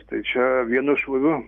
tai čia vienu šūviu